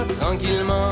Tranquillement